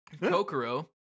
Kokoro